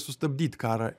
sustabdyt karą